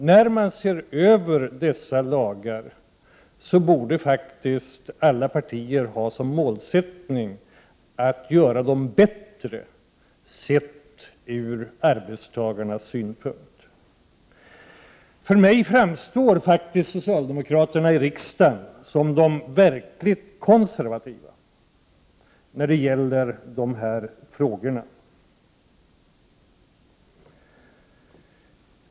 Vid översynen av dessa lagar borde faktiskt alla partier ha som målsättning att lagarna skall bli bättre ur arbetstagarnas synpunkt. För mig framstår faktiskt socialdemokraterna i riksdagen som de verkligt konservativa i dessa frågor.